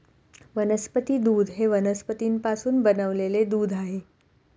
वनस्पती दूध हे वनस्पतींपासून बनविलेले दूध आहे